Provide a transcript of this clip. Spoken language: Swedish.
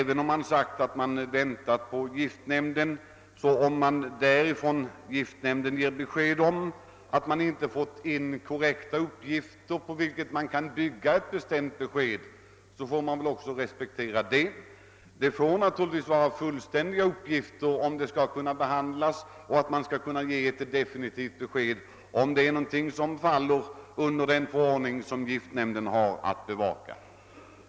Men om man från giftnämnden lämnar det beskedet att man inte fått in korrekta uppgifter, på vilka ett definitivt ställningstagande kan byggas, måste väl detta respekteras. Nämnden måste naturligtvis ha tillgång till så fullständiga uppgifter att man kan avgöra huruvida ärendet faller under den förordning vars tillämpning giftnämnden har att bevaka.